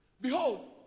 Behold